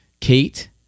Kate